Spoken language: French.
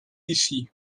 ici